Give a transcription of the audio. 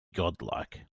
godlike